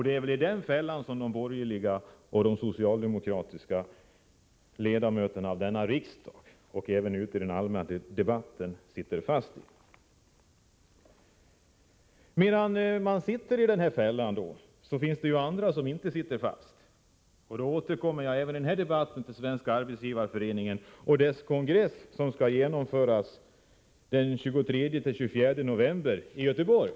Det är väl den fällan som de borgerliga och socialdemokratiska riksdagsledamöterna och även många ute i den allmänna debatten sitter fast i. Men det finns andra som inte sitter fast. Jag återkommer till Svenska arbetsgivareföreningen och dess kongress, som skall genomföras den 23-24 november i Göteborg.